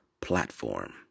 platform